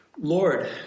Lord